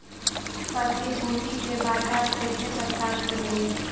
प्रतिभूति के बाजार केतने प्रकार के हइ?